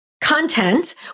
content